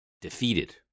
defeated